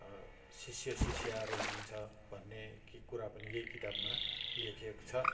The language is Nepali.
शिष्य शिष्याहरू हुनुहुन्छ भन्ने कि कुरा पनि यही किताबमा लेखिएको छ